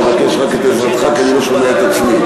אני מבקש רק את עזרתך, כי אני לא שומע את עצמי.